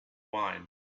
wine